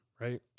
right